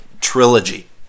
trilogy